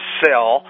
sell